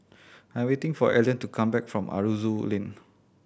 I am waiting for Elden to come back from Aroozoo Lane